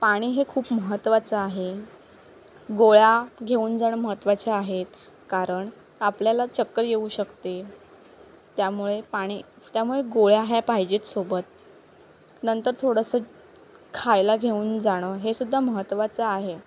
पाणी हे खूप महत्त्वाचं आहे गोळ्या घेऊन जाणं महत्त्वाच्या आहेत कारण आपल्याला चक्कर येऊ शकते त्यामुळे पाणी त्यामुळे गोळ्या ह्या पाहिजेत सोबत नंतर थोडंसं खायला घेऊन जाणं हे सुद्धा महत्त्वाचं आहे